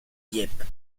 dieppe